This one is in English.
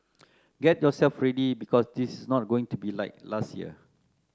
get yourself ready because this is not going to be like last year